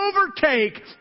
overtake